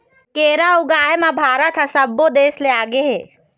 केरा ऊगाए म भारत ह सब्बो देस ले आगे हे